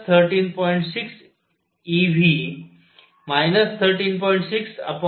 6 eV 13